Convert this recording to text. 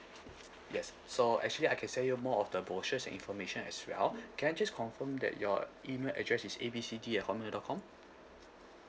yes so actually I can send you more of the brochures and information as well can I just confirm that your email address is A B C D at Hotmail dot com